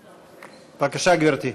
בבקשה, גברתי.